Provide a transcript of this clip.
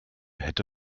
hätte